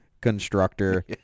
constructor